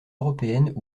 européennes